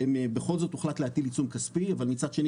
שבכל זאת הוחלט להטיל עיצום כספי אבל בכל זאת מצד שני